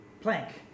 Plank